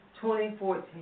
2014